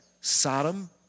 Sodom